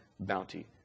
bounty